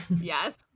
Yes